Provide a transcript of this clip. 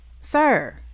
Sir